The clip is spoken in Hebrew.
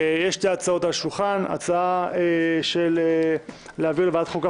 יש שתי הצעות על השולחן: הצעה להעביר לוועדת החוקה,